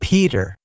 Peter